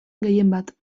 gehienbat